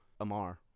Amar